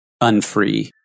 unfree